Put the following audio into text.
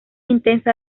intensa